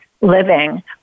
living